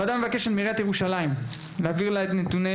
הוועדה דורשת מעיריית ירושלים להעביר אליה את נתוני